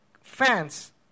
fans